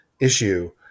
issue